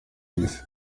isi